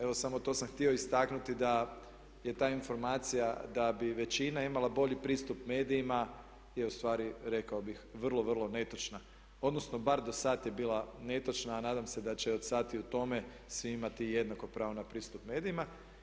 Evo, samo to sam htio istaknuti da je ta informacija da bi većina imala bolji pristup medijima je ustvari rekao bih vrlo, vrlo netočna odnosno bar dosad je bila netočna a nadam se da će od sad i u tome svi imati jednako pravo na pristup medijima.